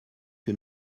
que